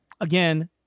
again